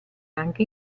anche